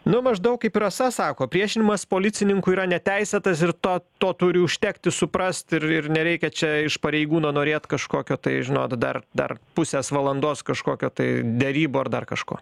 nu maždaug kaip ir rasa sako priešinimas policininkui yra neteisėtas ir to to turi užtekti suprast ir ir nereikia čia iš pareigūno norėt kažkokio tai žinot dar dar pusės valandos kažkokio tai derybų ar dar kažko